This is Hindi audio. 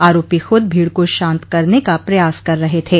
आरोपो खुद भीड को शांत करने का प्रयास कर रहे थे